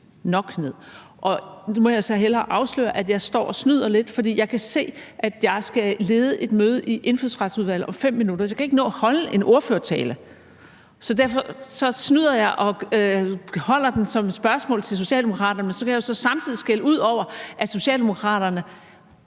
nok ned. Nu må jeg så hellere afsløre, at jeg står og snyder lidt, for jeg kan se, at jeg skal lede et møde i Indfødsretsudvalget om 5 minutter, så jeg kan ikke nå at holde en ordførertale. Derfor snyder jeg og holder den som et spørgsmål til Socialdemokraterne, og så kan jeg så samtidig skælde ud over, at Socialdemokraterne